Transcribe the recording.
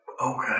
Okay